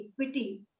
equity